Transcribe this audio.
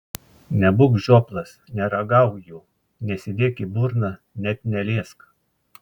nebūk žioplas neragauk jų nesidėk į burną net neliesk